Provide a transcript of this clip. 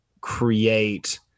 create